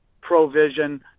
ProVision